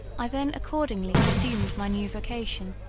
i then accordingly assumed my new vocation,